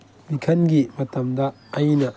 ꯃꯤꯈꯜꯒꯤ ꯃꯇꯝꯗ ꯑꯩꯅ